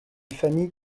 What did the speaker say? familles